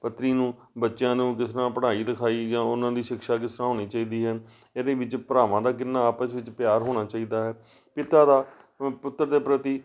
ਪਤਨੀ ਨੂੰ ਬੱਚਿਆਂ ਨੂੰ ਕਿਸ ਤਰ੍ਹਾਂ ਪੜ੍ਹਾਈ ਲਿਖਾਈ ਜਾਂ ਉਹਨਾਂ ਦੀ ਸ਼ਿਕਸ਼ਾ ਕਿਸ ਤਰ੍ਹਾਂ ਹੋਣੀ ਚਾਹੀਦੀ ਹੈ ਇਹਦੇ ਵਿੱਚ ਭਰਾਵਾਂ ਦਾ ਕਿੰਨਾ ਆਪਸ ਵਿੱਚ ਪਿਆਰ ਹੋਣਾ ਚਾਹੀਦਾ ਹੈ ਪਿਤਾ ਦਾ ਪੁੱਤਰ ਦੇ ਪ੍ਰਤੀ